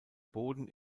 boden